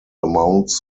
amounts